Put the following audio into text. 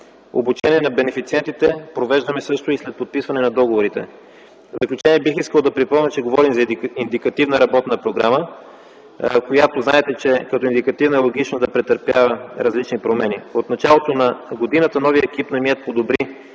Обучение на бенефициентите провеждаме и след подписване на договорите. В заключение бих искал да припомня, че говорим за Индикативна работна програма, която знаете, че като индикативна е логично да претърпява различни промени. От началото на годината новият екип на МИЕТ подобри